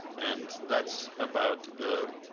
and that's about the